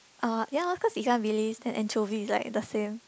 oh ya loh cause ikan bilis then anchovy is like the same